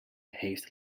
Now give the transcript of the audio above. heeft